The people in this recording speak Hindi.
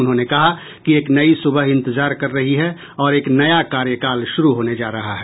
उन्होंने कहा कि एक नई सुबह इंतजार कर रही है और एक नया कार्यकाल शुरू होने जा रहा है